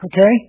okay